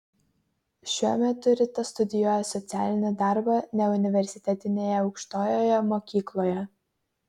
šiuo metu rita studijuoja socialinį darbą neuniversitetinėje aukštojoje mokykloje